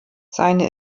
seine